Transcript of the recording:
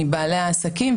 מבעלי העסקים.